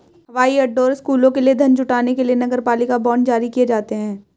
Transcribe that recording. हवाई अड्डों और स्कूलों के लिए धन जुटाने के लिए नगरपालिका बांड जारी किए जाते हैं